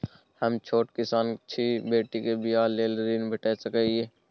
हम छोट किसान छी, बेटी के बियाह लेल ऋण भेट सकै ये?